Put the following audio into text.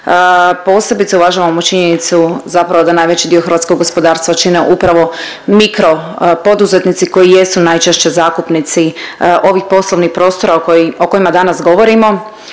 Posebice uvažavamo činjenicu zapravo da najveći dio hrvatskog gospodarstva čine upravo mikro poduzetnici koji jesu najčešće zakupnici ovih poslovnih prostora o kojima danas govorimo.